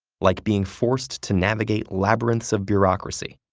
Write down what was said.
like being forced to navigate labyrinths of bureaucracy.